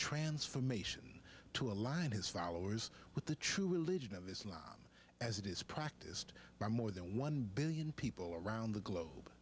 transformation to align his followers with the true religion of islam as it is practiced by more than one billion people around the globe